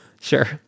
Sure